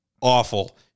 awful